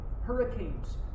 Hurricanes